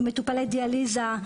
מטופלי דיאליזה,